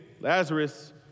Lazarus